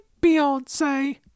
Beyonce